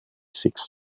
seeks